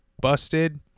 busted